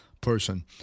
person